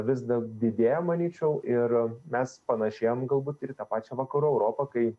vis dar didėja manyčiau ir mes panašėjam galbūt ir į tą pačią vakarų europą kai